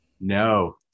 No